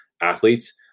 athletes